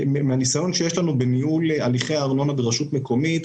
מהניסיון שיש לנו בניהול הליכי הארנונה ברשות מקומית,